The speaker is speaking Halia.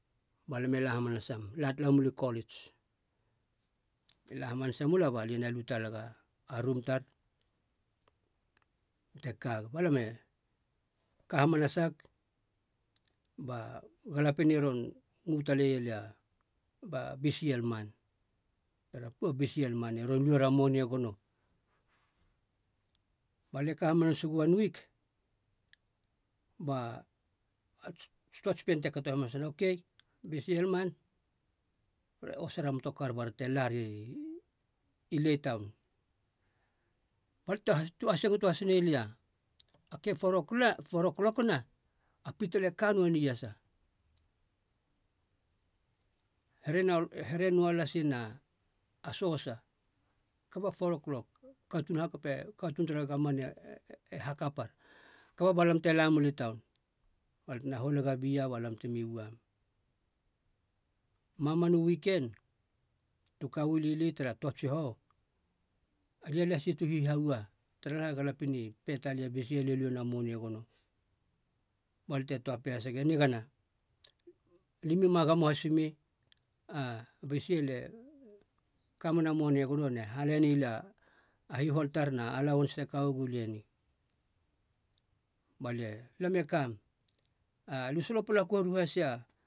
Ba lam e la hamanasam, la tala mula i kolits, la hamanasa mula balie na lu talega a rom tar ba lia te kag, ba lame ka hamanasag ba galapien i ron ngo talei lia ba bcl man, pera puo bcl man rom lu ra monie gono. Ba lie ka hamansagu one wik ba ats, toats pien te kato hamanasa uana, ok bcl man, are osera motokar bara te lari i lae taun. Ba lia te- tu asingotohas nei lia a ke po roklokina, a pitala e ka noa ni iasa, here, noa lasina a soasa, kaba po roklok, katuun hakape, katuun tara gomman e- e hakapar, kaba balam te la muli taun balia te holega bia balam temi uam. Mamanu wiken tu kauli li tara toa tsihou alia lasi tu hihaua taraha galapien i pe talei bcl e luena monie gono balia te toa pe hasegu, nigana limio ma gamo hasi mi bcl e kamena monie gono ne hale nilia a hihol tar na alauens te ka uagu lia ni balie lam e kam. Alu solopala koru hasia,